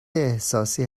احساسی